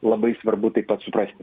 labai svarbu taip pat suprasti